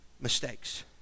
mistakes